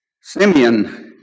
Simeon